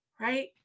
right